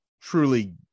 truly